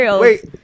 Wait